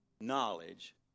knowledge